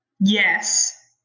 Yes